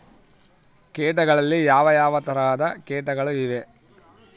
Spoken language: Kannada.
ಕೇಟಗಳಲ್ಲಿ ಯಾವ ಯಾವ ತರಹದ ಕೇಟಗಳು ಇವೆ?